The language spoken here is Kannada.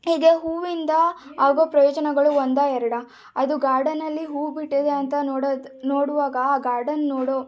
ಹೀಗೆ ಹೂವಿಂದ ಆಗೊ ಪ್ರಯೋಜನಗಳು ಒಂದಾ ಎರಡಾ ಅದು ಗಾರ್ಡನಲ್ಲಿ ಹೂ ಬಿಟ್ಟಿದೆ ಅಂತ ನೋಡೊದ್ ನೋಡುವಾಗ ಆ ಗಾರ್ಡನ್ ನೋಡೋ